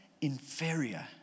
inferior